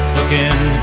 Looking